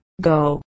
Go